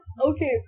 Okay